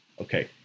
Okay